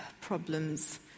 problems